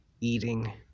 eating